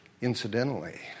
incidentally